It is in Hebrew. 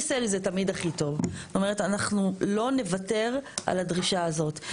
אנחנו לא נוותר על הדרישה הזאת.